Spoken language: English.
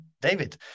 David